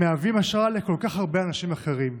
הם מהווים השראה לכל כך הרבה אנשים אחרים.